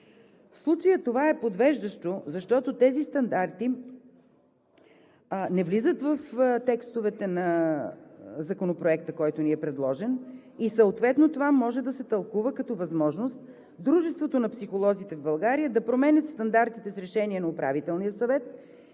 В случая това е подвеждащо, защото тези стандарти не влизат в текстовете на Законопроекта, който ни е предложен, съответно това може да се тълкува като възможност Дружеството на психолозите в България да променя стандартите с решение на Управителния съвет